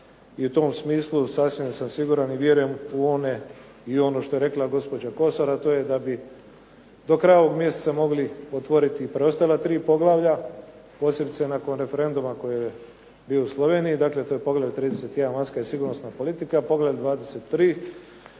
I u tom smislu sasvim sam siguran i vjerujem u one i u ono što je rekla gospođa Kosor, a to je da bi do kraja ovog mjeseca mogli otvoriti i preostala tri poglavlja posebice nakon referenduma koji je bio u Sloveniji. Dakle, to je poglavlje 31.- Vanjska i sigurnosna politika, poglavlje 23.